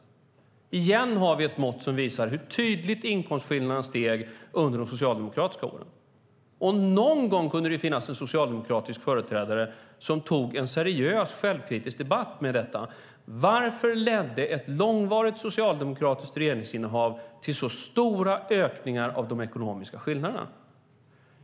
Återigen har vi ett mått som visar hur tydligt inkomstskillnaderna ökade under de socialdemokratiska åren. Någon gång skulle det kunna finnas en socialdemokratisk företrädare som tog en seriös, självkritisk debatt om detta: Varför ledde ett långvarigt socialdemokratiskt regeringsinnehav till så stora ökningar av de ekonomiska skillnaderna?